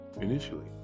Initially